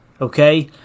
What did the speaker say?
okay